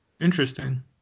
Interesting